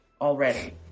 already